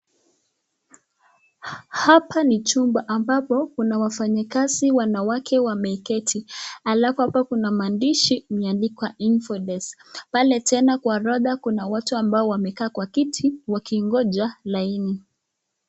Hapa ni chumba ambapo kuna wafanyikazi wanawake wameketi. Halafu hapo kuna maandishi imeandikwa info desk , pale tena kwa orodha kuna watu ambao wamekaa kwa kiti wakingoja laini.